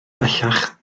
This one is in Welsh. bellach